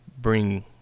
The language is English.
bring